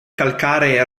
calcaree